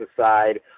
aside